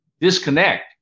disconnect